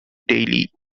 daily